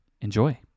enjoy